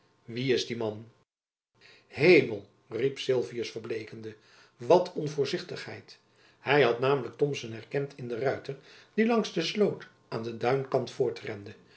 wie is die man hemel riep sylvius verbleekende wat onvoorzichtigheid hy had namelijk thomson herkend in den ruiter die langs de sloot aan den duinjacob